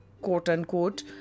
quote-unquote